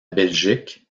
belgique